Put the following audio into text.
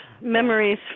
memories